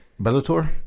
Bellator